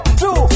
two